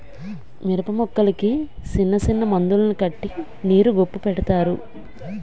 మిరపమొక్కలకి సిన్నసిన్న మందులను కట్టి నీరు గొప్పు పెడతారు